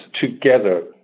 together